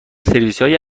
سرویسهای